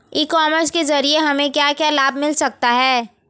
ई commerce के ज़रिए हमें क्या क्या लाभ मिल सकता है?